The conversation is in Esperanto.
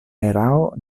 erao